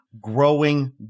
growing